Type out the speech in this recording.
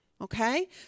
okay